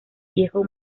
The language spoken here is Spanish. viejo